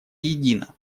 едина